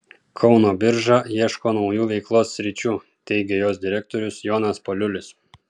kauno birža ieško naujų veiklos sričių teigė jos direktorius jonas paliulis